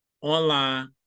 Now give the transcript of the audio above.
online